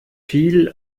viel